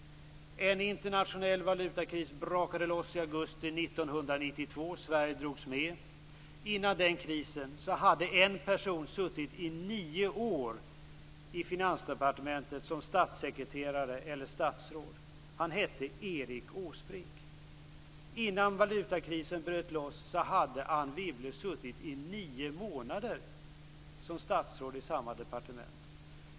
En internationell valutakris brakade loss i augusti 1992, och Sverige drogs med. Innan den krisen hade en person suttit i nio år i Finansdepartementet som statssekreterare eller som statsråd. Han hette Erik Åsbrink. Innan valutakrisen bröt loss hade Anne Wibble suttit i nio månader som statsråd i samma departement.